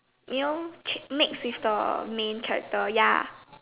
you know mix with the main character ya